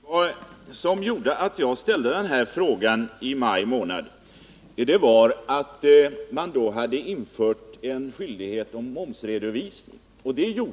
Herr talman! Vad som gjorde att jag ställde den här frågan i maj månad var att man då hade infört en skyldighet till momsredovisning.